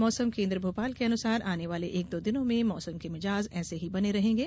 मौसम केन्द्र भोपाल के अनुसार आने वाले एक दो दिनों में मौसम के मिजाज ऐसे ही बने रहेंगे